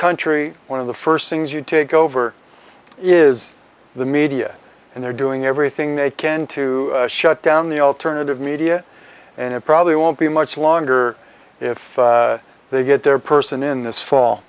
country one of the first things you take over is the media and they're doing everything they can to shut down the alternative media and it probably won't be much longer if they get their person in this fall